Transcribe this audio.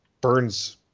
Burns